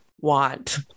want